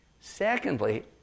Secondly